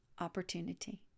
opportunity